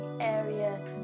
area